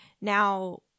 now